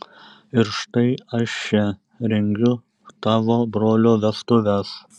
ir štai aš čia rengiu tavo brolio vestuves